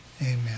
Amen